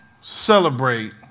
celebrate